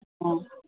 ꯑꯣ